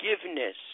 forgiveness